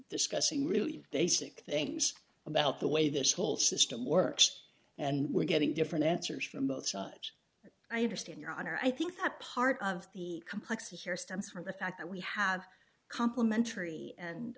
discussing really basic things about the way this whole system works and we're getting different answers from both sides i understand your honor i think that part of the complexity here stems from the fact that we have complementary and